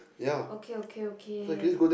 okay okay okay